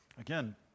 Again